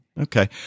Okay